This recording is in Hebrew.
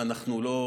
מה, אנחנו עיוורים?